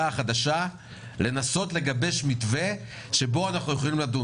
החדשה לנסות לגבש מתווה שבו אנחנו יכולים לדון.